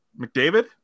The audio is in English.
McDavid